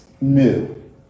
new